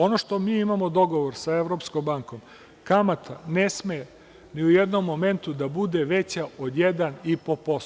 Ono što mi imamo dogovor sa Evropskom bankom, kamata ne sme ni u jednom momentu da bude veća od 1,5%